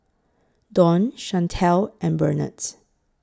Don Shantell and Burnett